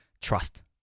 trust